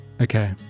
Okay